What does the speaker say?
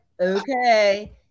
okay